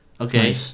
Okay